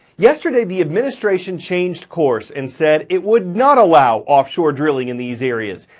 yesterday, the administration changed course and said it would not allow offshore drillings in these areas.